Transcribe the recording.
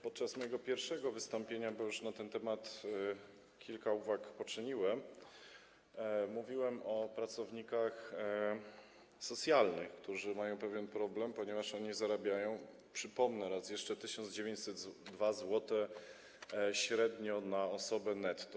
Podczas mojego pierwszego wystąpienia, bo już na ten temat kilka uwag poczyniłem, mówiłem o pracownikach socjalnych, którzy mają pewien problem, ponieważ oni zarabiają, przypomnę raz jeszcze, 1902 zł średnio na osobę netto.